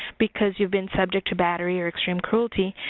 because you've been subject to battery or extreme cruelty,